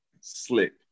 slick